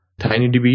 tinydb